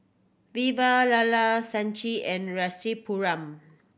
Vivalala Sachin and Rasipuram